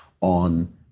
on